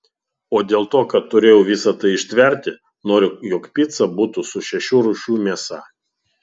o dėl to kad turėjau visa tai ištverti noriu jog pica būtų su šešių rūšių mėsa